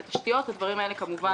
וזה חשוב בסיטואציות שהיו לנו פה,